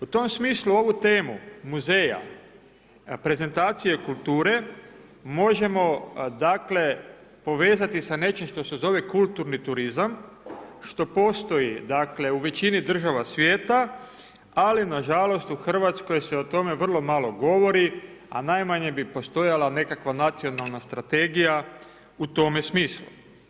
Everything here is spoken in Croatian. U tom smislu ovu temu muzeja prezentacije kulture možemo povezati sa nečim što se zove kulturni turizam što postoji u većini država svijeta, ali nažalost u Hrvatskoj se o tome vrlo malo govori, a najmanje bi postojala nekakva nacionalna strategija u tome smislu.